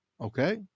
Okay